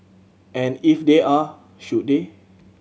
and if they are should they